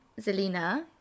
Zelina